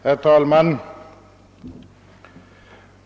Herr talman!